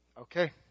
Okay